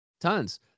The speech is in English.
tons